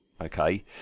Okay